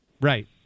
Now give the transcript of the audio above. Right